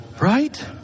right